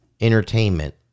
entertainment